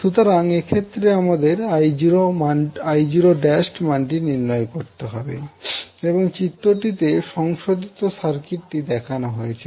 সুতরাং এক্ষেত্রে আমাদের I0′ মানটি নির্ণয় করতে হবে এবং চিত্রটিতে সংশোধিত সার্কিট দেখানো হয়েছে